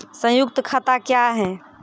संयुक्त खाता क्या हैं?